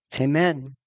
Amen